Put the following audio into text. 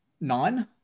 nine